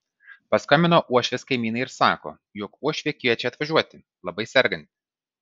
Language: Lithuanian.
paskambino uošvės kaimynai ir sako jog uošvė kviečia atvažiuoti labai serganti